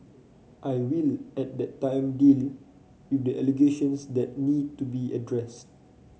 I will at that time deal with the allegations that need to be addressed